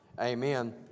Amen